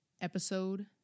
episode